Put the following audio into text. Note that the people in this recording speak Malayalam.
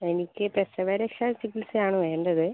എനിക്ക് പ്രസവരക്ഷ ചികിത്സ ആണ് വേണ്ടത്